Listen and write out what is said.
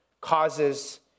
causes